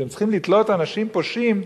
שהם צריכים לתלות אנשים פושעים,